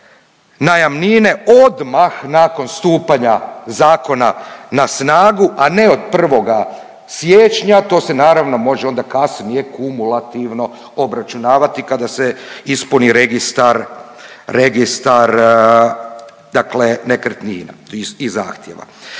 najamnine odmah nakon stupanja zakona na snagu, a ne od 1. siječnja, to se naravno može onda kasnije kumulativno obračunavati kada se ispuni registar, registar dakle nekretnina i zahtjeva.